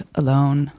alone